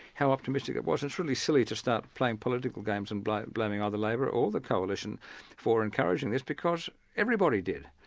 how optimistic it was. it's really silly to start playing political games and blaming blaming either labor or the coalition for encouraging this because everybody did,